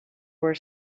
were